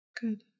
Good